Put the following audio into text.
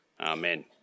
Amen